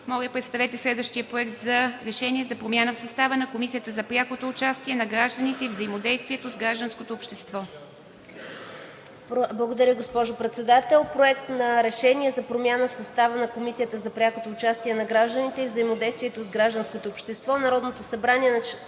Моля, представете следващия Проект за решение за промяна в състава на Комисията за прякото участие на гражданите и взаимодействието с гражданското общество.